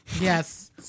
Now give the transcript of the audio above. yes